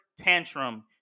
tantrum